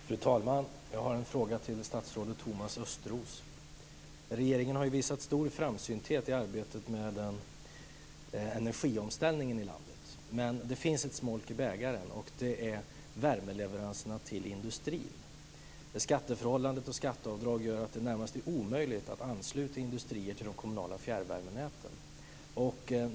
Fru talman! Jag har en fråga till statsrådet Thomas Regeringen har ju visat stor framsynthet i arbetet med energiomställningen i landet. Men det finns ett smolk i bägaren. Det är värmeleveranserna till industrin. Skatteförhållanden och skatteavdrag gör att det närmast är omöjligt att ansluta industrier till de kommunala fjärrvärmenäten.